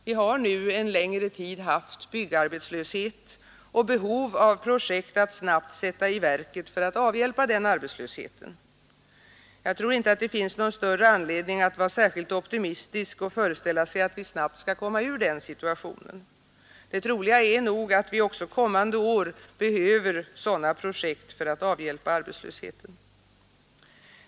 Vi har en längre tid haft byggarbetslöshet och behov av projekt att snabbt sätta i verket för att avhjälpa den arbetslösheten. Jag tror inte att det finns någon större anledning att vara särskilt optimistisk och föreställa sig att vi snabbt skall komma ur denna situation. Det troliga är att vi också kommande år behöver sådana projekt för att avhjälpa arbetslösheten.